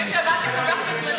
האמת שבאתי כל כך בזמנים,